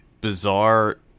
bizarre